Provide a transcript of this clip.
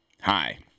Hi